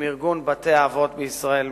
עם ארגון בתי-האבות בישראל,